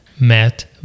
met